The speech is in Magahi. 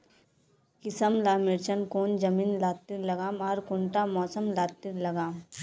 किसम ला मिर्चन कौन जमीन लात्तिर लगाम आर कुंटा मौसम लात्तिर लगाम?